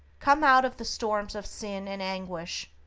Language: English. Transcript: come out of the storms of sin and anguish.